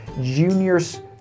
juniors